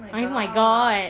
ai~ my god